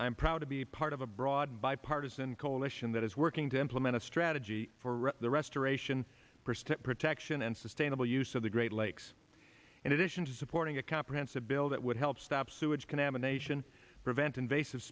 i'm proud to be part of a broad bipartisan coalition that is working to implement a strategy for the restoration protection and sustainable use of the great lakes in addition to supporting a comprehensive bill that would help stop sewage contamination prevent invasive